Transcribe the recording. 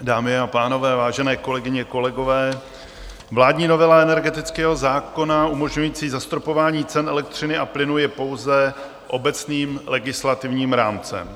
Dámy a pánové, vážené kolegyně a kolegové, vládní novela energetického zákona umožňující zastropování cen elektřiny a plynu je pouze obecným legislativním rámcem.